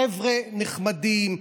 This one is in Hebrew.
חבר'ה נחמדים.